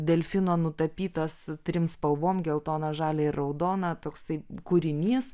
delfino nutapytas trim spalvom geltona žalia ir raudona toksai kūrinys